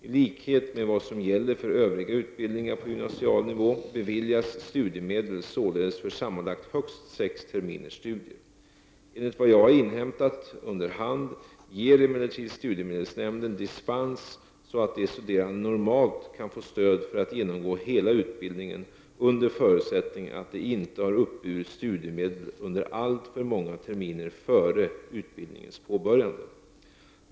I likhet med vad som gäller för övriga utbildningar på gymnasial nivå beviljas studiemedel således för sammanlagt högst sex terminers studier. Enligt vad jag har inhämtat under hand ger emellertid studiemedelsnämnden dispens så att de studerande normalt kan få stöd för att genomgå hela utbildningen under förutsättning att de inte har uppburit studiemedel under alltför många terminer före utbildningens påbörjande.